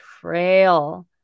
frail